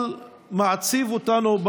אבל מעציב אותנו,